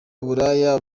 uburaya